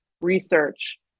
research